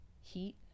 heat